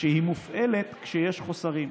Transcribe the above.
זו מסכה ליבוא, בפטור ממכס, שמופעלת כשיש חסרים.